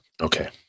Okay